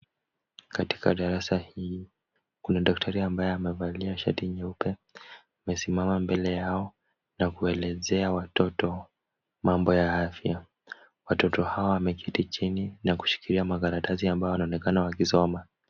Katika darasa hili kuna daktari ambaye amevalia shati jeupe. Amesimama mbele yao na kuelezea watoto mambo ya afya. Watoto hawa wameketi chini na kushikilia makaratasi ambayo wanaonekana wakisoma.